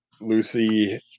Lucy